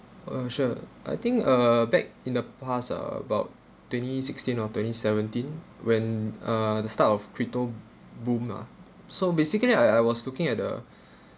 uh sure I think uh back in the past about twenty sixteen or twenty seventeen when uh the start of crypto boom ah so basically I I was looking at the